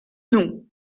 non